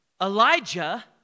Elijah